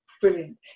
Brilliant